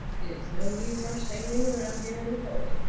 is no use our standing around here in the cold.